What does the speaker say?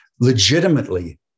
legitimately